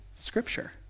scripture